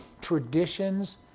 traditions